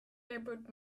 elbowed